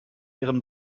ihren